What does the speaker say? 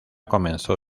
comenzó